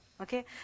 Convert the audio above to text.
Okay